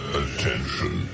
attention